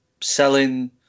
selling